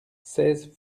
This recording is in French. seize